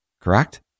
correct